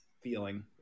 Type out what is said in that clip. feeling